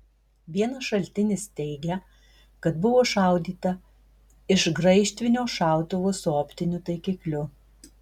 vienas šaltinis teigia kad buvo šaudyta iš graižtvinio šautuvo su optiniu taikikliu